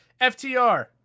FTR